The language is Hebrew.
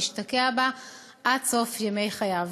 והשתקע בה עד סוף ימי חייו.